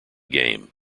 game